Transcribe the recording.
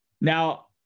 Now